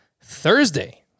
Thursday